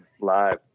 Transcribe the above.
Live